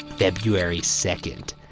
february second.